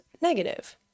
negative